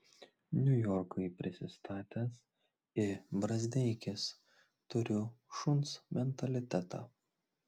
niujorkui prisistatęs i brazdeikis turiu šuns mentalitetą